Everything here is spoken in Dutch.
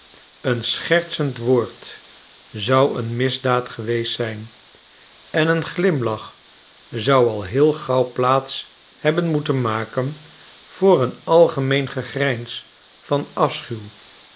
een schertsend woord zou een misdaad geweest zijn en een glimlach zou al heel gauw plaats hebben moeten maken voor een algemeen gegrijns van